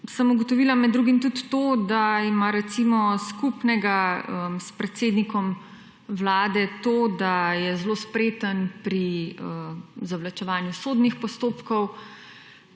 sem ugotovila med drugim tudi to, da ima recimo skupnega s predsednikom Vlade to, da je zelo spreten pri zavlačevanju sodnih postopkov,